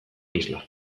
isla